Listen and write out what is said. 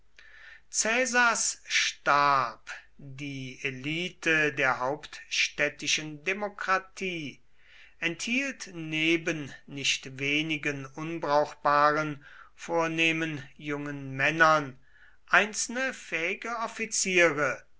caesars stab die elite der hauptstädtischen demokratie enthielt neben nicht wenigen unbrauchbaren vornehmen jungen männern einzelne fähige offiziere